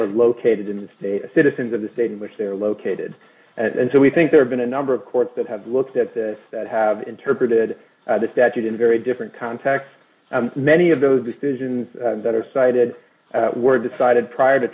are located in the state citizens of the state in which they are located and so we think there have been a number of courts that have looked at this that have interpreted d the statute in very different contexts many of those decisions that are cited were decided prior to